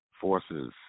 Forces